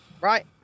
Right